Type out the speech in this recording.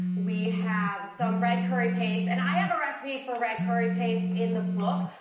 we have some red curry paste and i have a recipe for red curry paste in the book.